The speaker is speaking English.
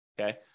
Okay